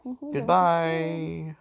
Goodbye